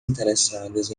interessadas